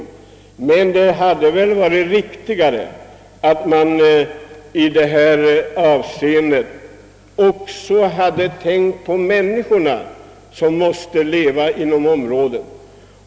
Dock hade det väl varit riktigare att i detta avseende också tänka på de människor som måste leva inom området.